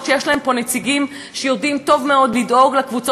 שיש להן פה נציגים שיודעים טוב מאוד לדאוג להן,